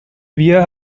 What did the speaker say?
wir